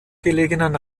gelegenen